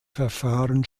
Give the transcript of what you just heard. verfahren